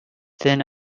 thin